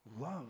Love